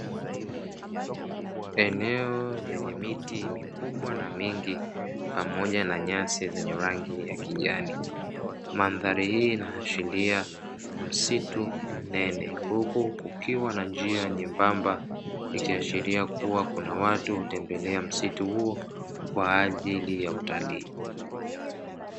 Eneo lenye miti mikubwa na mingi pamoja na nyasi zenye rangi ya kijani mandhari hii inaashiria msitu mnene, huku kukiwa na njia nyembamba ikiashiria kuwa kuna watu hutembelea msitu huo kwa ajili ya utalii.